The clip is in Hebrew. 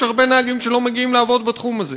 יש הרבה נהגים שלא מגיעים לעבוד בתחום הזה,